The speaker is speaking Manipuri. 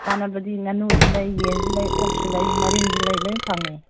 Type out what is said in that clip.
ꯆꯥꯅꯕꯗꯤ ꯉꯥꯅꯨꯁꯨ ꯂꯩ ꯌꯦꯟꯁꯨ ꯂꯩ ꯑꯣꯛꯁꯨ ꯂꯩ ꯃꯔꯤꯟꯁꯨ ꯂꯩ ꯂꯣꯏꯅ ꯐꯪꯉꯦ